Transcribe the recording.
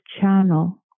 channel